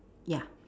ya